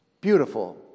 Beautiful